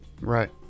Right